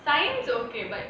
science okay but